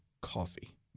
coffee